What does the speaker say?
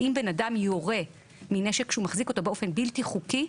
כי אם בן אדם יורה מנשק שהוא מחזיק אותו באופן בלתי חוקי,